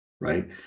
right